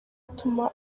atuma